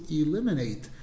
eliminate